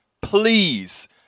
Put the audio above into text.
please